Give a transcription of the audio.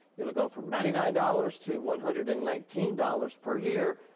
it'll go from ninety nine dollars to one hundred and nineteen dollars per year.